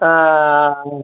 ஆ